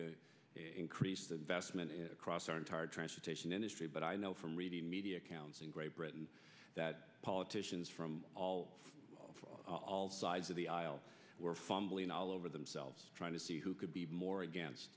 to increase the vestment across our entire transportation industry but i know from reading media accounts in great britain that politicians from all sides of the aisle were fumbling all over themselves trying to see who could be more against